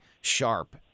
sharp